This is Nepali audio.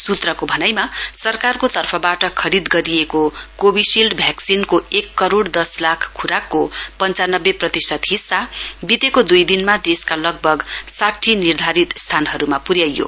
सूत्रको भनाईमा सरकारको तर्फबाट खरीद गरिएको कोविशील्ड भ्याक्सिनको एक करोइ दस लाख ख्राकको पञ्चानब्बे प्रतिशत हिस्सा वितेको दुई दिनमा देशमा लगभग साठी निर्धारित स्थानहरूमा पुर्याइयो